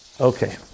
Okay